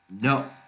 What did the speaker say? No